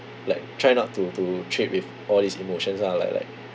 like try not to to trade with all these emotions lah like like